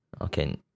Okay